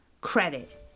credit